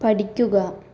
പഠിക്കുക